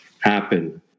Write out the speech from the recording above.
happen